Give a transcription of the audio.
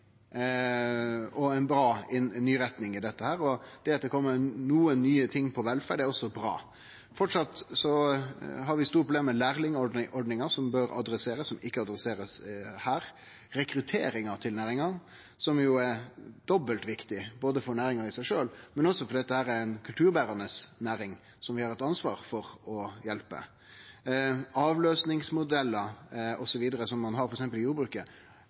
er ei bra ny retning her, og det at det har kome nokre nye ting på velferd, er også bra. Framleis har vi store problem med lærlingordninga, som bør adresserast, og som ikkje er adresserte her. Det same gjeld rekrutteringa til næringa, som jo er dobbelt viktig, både for næringa i seg sjølv og fordi dette er ei kulturberande næring som vi har eit ansvar for å hjelpe. Når det gjeld avløysingsmodellar osv., som ein har f.eks. i jordbruket,